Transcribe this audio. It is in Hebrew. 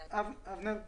אבנר פלור,